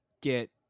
get